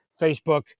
Facebook